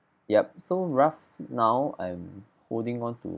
yup so rough now I'm holding on to